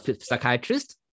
psychiatrist